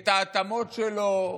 את ההתאמות שלו,